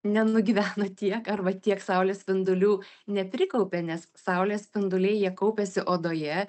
nenugyveno tiek arba tiek saulės spindulių neprikaupė nes saulės spinduliai jie kaupiasi odoje